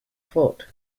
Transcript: fault